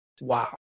Wow